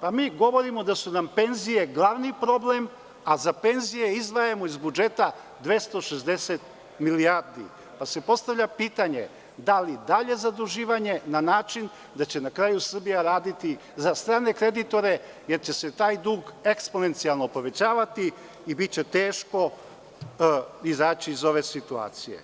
a mi govorimo da su nam penzije glavni problem, a za penzije izdvajamo iz budžeta 260 milijardi, pa se postavlja pitanje – da li dalje zaduživanje na način da će na kraju Srbija raditi za strane kreditore, jer će se taj dug eksplemencijalno povećavati i biće teško izaći iz ove situacije?